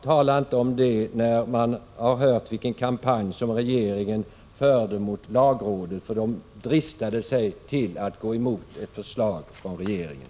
Tala inte om det när vi vet vilken kampanj som regeringen förde mot lagrådet för att det dristade sig till att gå emot ett förslag från regeringen!